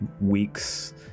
weeks